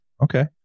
Okay